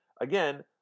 again